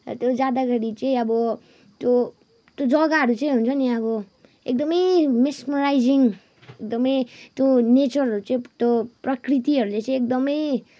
त्यो जाँदाखेरि चाहिँ अब त्यो त्यो जग्गाहरू चाहिँ हुन्छ नि अब एकदमै मेस्मराइजिङ एकदमै त्यो नेचरहरू चाहिँ त्यो प्रकृतिहरूले चाहिँ एकदमै